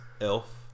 Elf